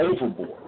overboard